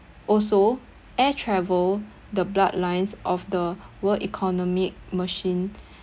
also air travel the bloodlines of the world economic machine